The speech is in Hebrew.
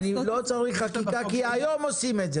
אני לא צריך חקיקה, כי היום עושים את זה.